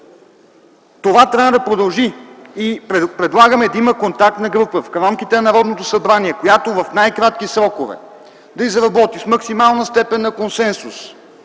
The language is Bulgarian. това трябва да продължи. Предлагаме да има контактна група в рамките на Народното събрание, която в най-кратки срокове да изработи с максимална степен на консенсус